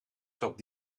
zat